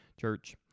church